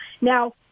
Now